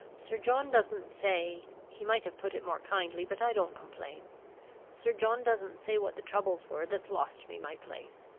sir john doesn't say he might have put it more kindly, but i don't complain sir john doesn't say what the troubles were that lost me my place.